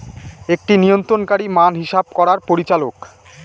একটি নিয়ন্ত্রণকারী মান হিসাব করার পরিচালক